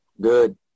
Good